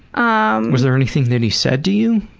um was there anything that he said to you